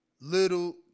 Little